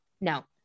no